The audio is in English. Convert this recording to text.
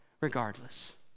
regardless